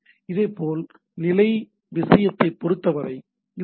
இதேபோல் நிலை விஷயத்தைப் பொறுத்தவரை அந்த ஹெச்